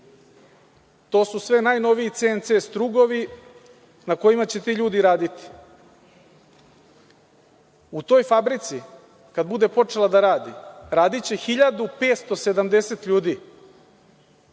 To su sve najnoviji CNC strugovi na kojima će ti ljudi raditi. U toj fabrici, kada bude počela da radi, radiće 1.570 ljudi. Lično